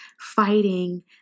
fighting